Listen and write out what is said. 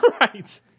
Right